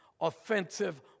offensive